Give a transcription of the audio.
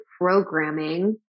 programming